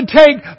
take